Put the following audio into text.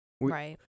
Right